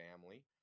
family